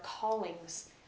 callings